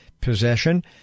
possession